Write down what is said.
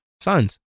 Sons